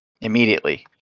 immediately